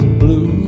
blue